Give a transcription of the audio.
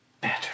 better